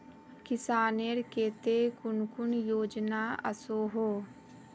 किसानेर केते कुन कुन योजना ओसोहो?